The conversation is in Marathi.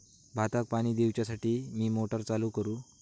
भाताक पाणी दिवच्यासाठी मी मोटर चालू करू?